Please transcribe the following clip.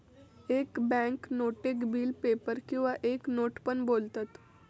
एक बॅन्क नोटेक bill paper किंवा एक नोट पण बोलतत